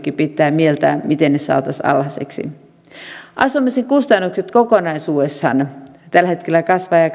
pitää mieltää miten ne saataisiin alhaisiksi asumisen kustannukset kokonaisuudessaan tällä hetkellä kasvavat ja